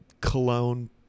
cologne